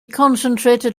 concentrated